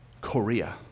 Korea